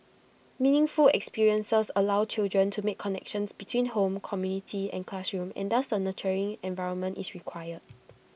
meaningful experiences allow children to make connections between home community and classroom and thus A nurturing environment is required